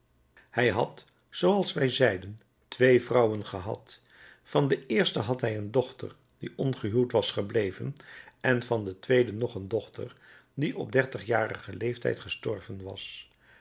hij had zooals wij zeiden twee vrouwen gehad van de eerste had hij een dochter die ongehuwd was gebleven en van de tweede nog een dochter die op dertigjarigen leeftijd gestorven was